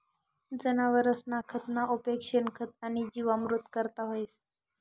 जनावरसना खतना उपेग शेणखत आणि जीवामृत करता व्हस